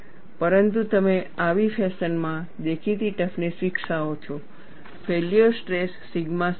પરંતુ તમે આવી ફેશનમાં દેખીતી ટફનેસ વિકસાવો છો ફેલ્યોર સ્ટ્રેસ સિગ્મા સી છે